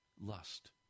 lust